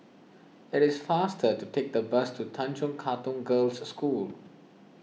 it is faster to take the bus to Tanjong Katong Girls' School